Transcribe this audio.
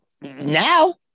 Now